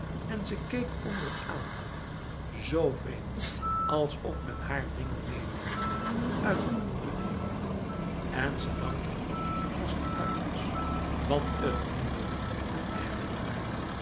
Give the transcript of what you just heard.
en ze keek onder het aanhoren zo vreemd alsof men haar dingen meedeelde uit een andere wereld en ze dankte god als het uit was want t hinderde en ergerde haar